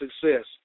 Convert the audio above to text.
success